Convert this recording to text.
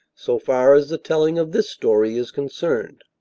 so far as the telling of this story is concerned.